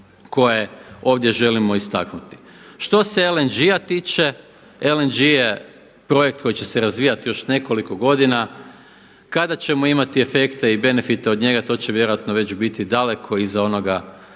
koje ovdje želimo istaknuti. Što se LNG-a tiče, LNG je projekt koji će se razvijati još nekoliko godina kada ćemo imati efekte i benefite od njega to će vjerojatno već biti daleko iza onoga